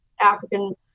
African